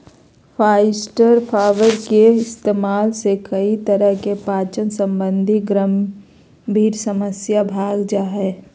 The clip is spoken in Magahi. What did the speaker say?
फास्इटर फाइबर के इस्तेमाल से कई तरह की पाचन संबंधी गंभीर समस्या भाग जा हइ